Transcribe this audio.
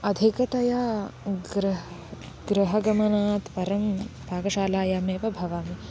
अधिकतया गृहं गृहगमनात् परं पाकशालायामेव भवामि